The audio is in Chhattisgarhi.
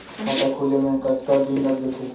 खाता खुले में कतका दिन लग जथे?